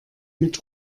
mit